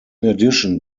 addition